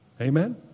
Amen